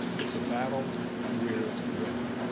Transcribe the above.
it's a battle we're winning.